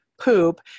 poop